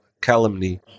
calumny